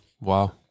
Wow